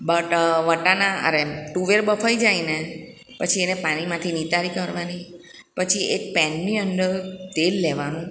but વટાણા અરે તુવેર બફાઈ જાય ને પછી એને પાણીમાંથી નિતારી કાઢવાની પછી એક પેનની અંદર તેલ લેવાનું